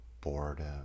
boredom